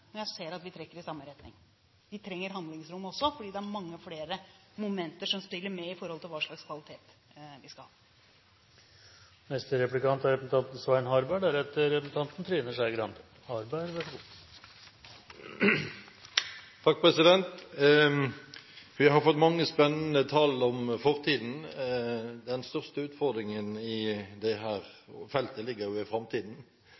når jeg ser at vi trekker i samme retning. Vi trenger handlingsrom også, fordi det er mange flere momenter som spiller med i forhold til hva slags kvalitet vi skal ha.